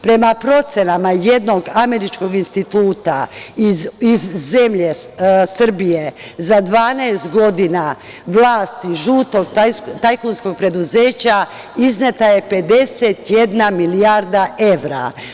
Prema procenama jednog američkog instituta, iz zemlje Srbije za 12 godina vlasti žutog tajkunskog preduzeća izneta je 51 milijarda evra.